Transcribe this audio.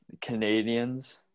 canadians